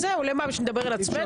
למה להגיב בכלל?